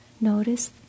Notice